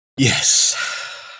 Yes